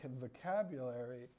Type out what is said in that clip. vocabulary